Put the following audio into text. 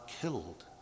killed